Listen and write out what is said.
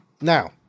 Now